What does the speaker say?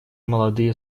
молодые